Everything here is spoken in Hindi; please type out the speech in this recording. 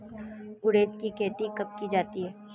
उड़द की खेती कब की जाती है?